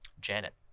Janet